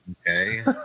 okay